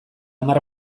hamar